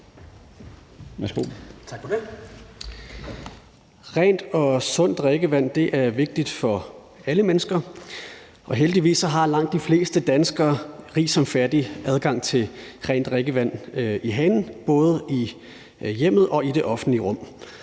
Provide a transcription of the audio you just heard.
Rent og sundt drikkevand er vigtigt for alle mennesker, og heldigvis har langt de fleste danskere, rige som fattige, adgang til rent drikkevand i hanen både i hjemmet og i det offentlige rum.